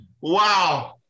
Wow